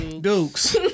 Dukes